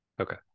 Okay